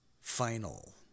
final